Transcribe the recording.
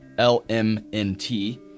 L-M-N-T